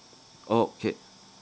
okay